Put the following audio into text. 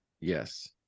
Yes